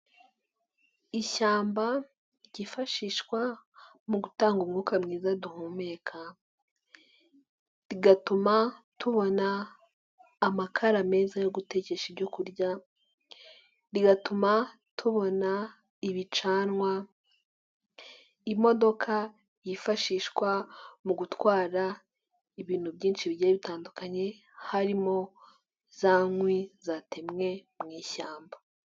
Ishyamba ryifashishwa mu gutanga umwuka mwiza duhumeka, rigatuma tubona amakara meza yo gu gutekesha, ibyokurya, rigatuma tubona ibicanwa. Imodoka yifashishwa mu gutwara ibintu byinshi bigiye bitandukanye harimo na za nkwi zatemwe mu ishyamba.